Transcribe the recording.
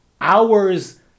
hours